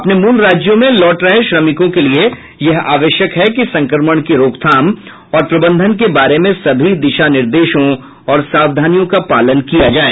अपने मूल राज्यों में लौट रहे श्रमिकों के लिए यह आवश्यक है कि संक्रमण की रोकथाम और प्रबंधन के बारे में सभी दिशा निर्देशों और सावधानियों का पालन किया जाए